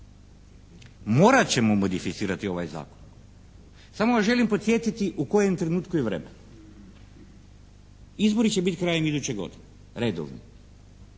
morat ćemo modificirati ovaj zakon. Samo vas želim podsjetiti u kojem trenutku i vremenu. Izbori će biti krajem iduće godine, redovni,